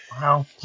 Wow